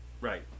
Right